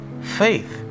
faith